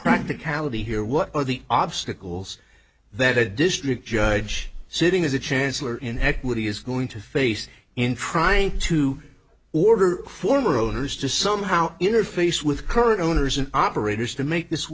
practicality here what are the obstacles that a district judge sitting as a chancellor in equity is going to face in trying to order former owners to somehow interface with current owners and operators to make this